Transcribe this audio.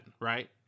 Right